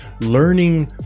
learning